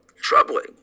troubling